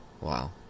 Wow